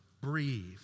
breathe